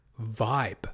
vibe